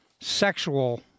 sexual